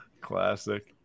Classic